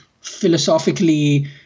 philosophically